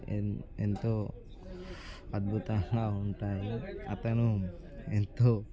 ఎన్ ఎంతో అద్భుతంగా ఉంటాయి అతను ఎంతో